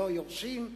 ולא יורשים,